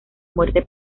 muerte